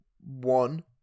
one